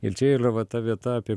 ir čia yra va ta vieta apie